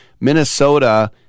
Minnesota